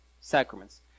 Sacraments